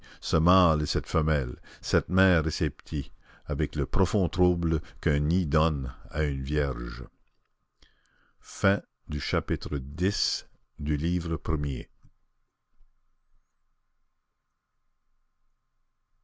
ce mâle et cette femelle cette mère et ces petits avec le profond trouble qu'un nid donne à une vierge chapitre xi